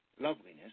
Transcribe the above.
loveliness